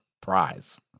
prize